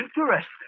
interesting